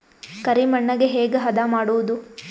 ಕರಿ ಮಣ್ಣಗೆ ಹೇಗೆ ಹದಾ ಮಾಡುದು?